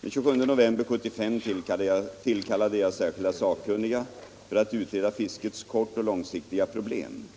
Den 27 november 1975 tillkallade jag särskilda sakkunniga för att utreda fiskets kortoch långsiktiga problem.